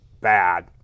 bad